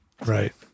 right